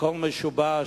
הכול משובש.